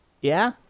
Yeah